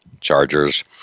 Chargers